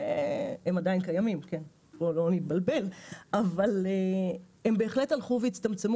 שהם עדיין קיימים אבל הם בהחלט הלכו והצטמצמו